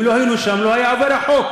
אם לא היינו שם לא היה עובר החוק.